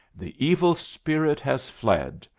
the evil spirit has fled.